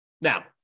Now